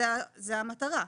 זו המטרה,